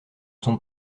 sont